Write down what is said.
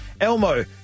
Elmo